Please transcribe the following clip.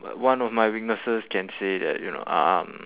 one of my weaknesses can say that you know um